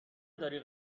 داری